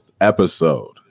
episode